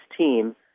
team